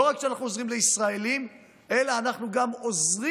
לא רק שאנחנו עוזרים לישראלים אלא אנחנו גם עוזרים